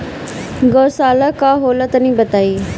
गौवशाला का होला तनी बताई?